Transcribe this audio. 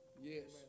Yes